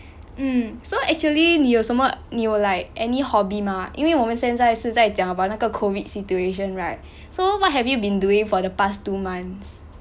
mm so actually the 你有什么你有 like any hobby mah 因为我们现在是在讲 about 那个 COVID situation right so what have you been doing for the past two months